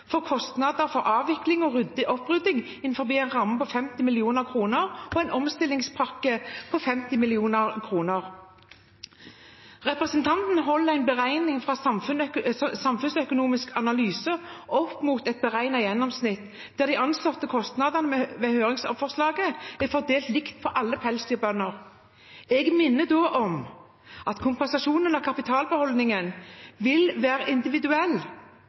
for kostnader til avvikling og opprydding innenfor en ramme på 50 mill. kr og en omstillingspakke på 50 mill. kr. Representanten holder en beregning fra Samfunnsøkonomisk analyse opp mot et beregnet gjennomsnitt, der de anslåtte kostnadene ved høringsforslaget er fordelt likt på alle pelsdyrbønder. Jeg minner da om at kompensasjonen av kapitalbeholdningen vil være individuell,